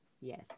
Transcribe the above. Yes